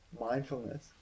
mindfulness